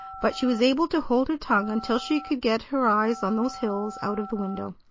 but she was able to hold her tongue until she could get her eyes on those hills out of the window.